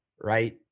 right